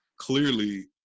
clearly